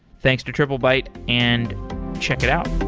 thanks to triplebyte, and check it out.